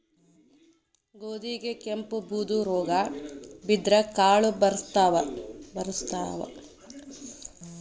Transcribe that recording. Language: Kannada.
ಗೋಧಿಗೆ ಕೆಂಪು, ಬೂದು ರೋಗಾ ಬಿದ್ದ್ರ ಕಾಳು ಬರ್ಸತಾವ